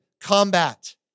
combat